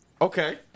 Okay